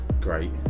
great